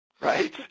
right